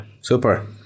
Super